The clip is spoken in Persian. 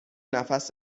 نفس